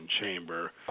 Chamber